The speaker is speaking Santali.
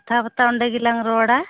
ᱠᱟᱛᱷᱟ ᱵᱟᱨᱛᱟ ᱚᱸᱰᱮ ᱜᱮᱞᱟᱝ ᱨᱚᱲᱟ